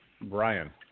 Brian